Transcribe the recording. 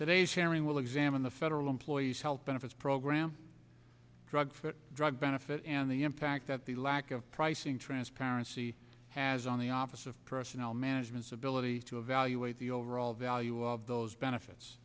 today's hearing will examine the federal employees health benefits program drug drug benefit and the impact that the lack of pricing transparency has on the office of personnel management civility to evaluate the overall value of those benefits